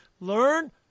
learn